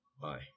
bye